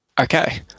Okay